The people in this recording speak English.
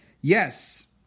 yes